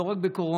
לא רק בקורונה,